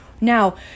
Now